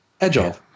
Agile